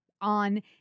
on